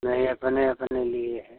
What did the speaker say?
नही अपने अपने लिए है